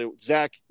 Zach